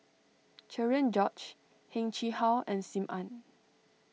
Cherian George Heng Chee How and Sim Ann